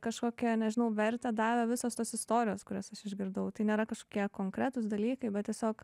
kažkokią nežinau vertę davė visos tos istorijos kurias išgirdau tai nėra kažkokie konkretūs dalykai bet tiesiog